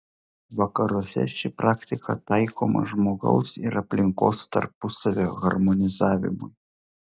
vakaruose ši praktika taikoma žmogaus ir aplinkos tarpusavio harmonizavimui